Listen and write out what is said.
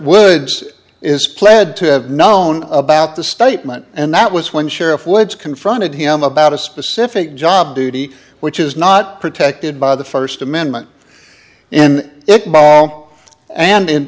woods is pled to have known about the statement and that was when sheriff woods confronted him about a specific job duty which is not protected by the first amendment in it by o and in